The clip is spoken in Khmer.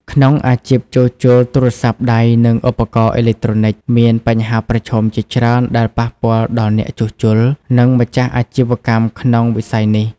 ក្នុងអាជីពជួសជុលទូរស័ព្ទដៃ និងឧបករណ៍អេឡិចត្រូនិក មានបញ្ហាប្រឈមជាច្រើនដែលប៉ះពាល់ដល់អ្នកជួសជុល និងម្ចាស់អាជីវកម្មក្នុងវិស័យនេះ។